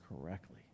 correctly